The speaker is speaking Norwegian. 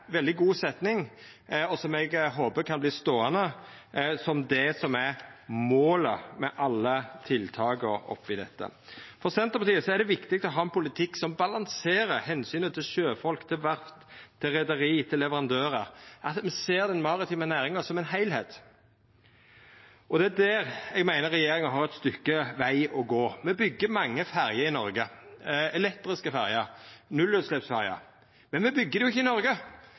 veldig god setning som eg håpar kan verta ståande som det som er målet med alle tiltaka oppi dette. For Senterpartiet er det viktig å ha ein politikk som balanserer omsynet til sjøfolk, til verft, til reiarlag, til leverandørar – at me ser den maritime næringa som ein heilskap. Det er der eg meiner regjeringa har eit stykke veg å gå. Me byggjer mange ferjer i Noreg – elektriske ferjer, nullutsleppsferjer – men me byggjer dei ikkje i Noreg,